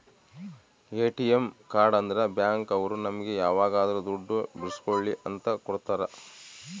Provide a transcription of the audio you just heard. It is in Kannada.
ಎ.ಟಿ.ಎಂ ಕಾರ್ಡ್ ಅಂದ್ರ ಬ್ಯಾಂಕ್ ಅವ್ರು ನಮ್ಗೆ ಯಾವಾಗದ್ರು ದುಡ್ಡು ಬಿಡ್ಸ್ಕೊಳಿ ಅಂತ ಕೊಡ್ತಾರ